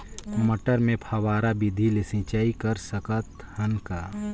मटर मे फव्वारा विधि ले सिंचाई कर सकत हन का?